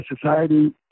society